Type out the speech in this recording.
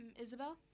Isabel